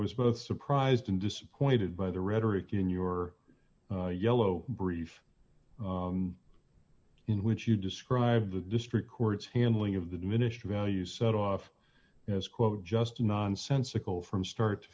both surprised and disappointed by the rhetoric in your yellow brief in which you described the district court's handling of the diminished value set off as quote just nonsensical from start to